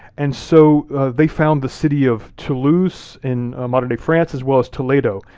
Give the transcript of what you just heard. and so they found the city of toulouse in modern-day france, as well as toledo,